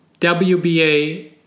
WBA